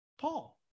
Paul